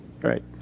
Right